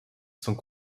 sont